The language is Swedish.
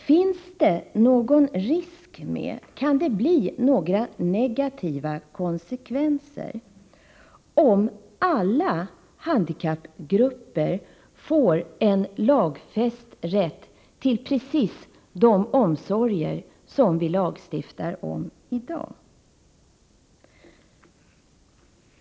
Finns det då någon risk för att det kan bli negativa konsekvenser, om alla handikappgrupper får en lagfäst rätt till precis de omsorger som vi lagstiftar om i dag?